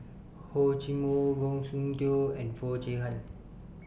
Hor Chim Or Goh Soon Tioe and Foo Chee Han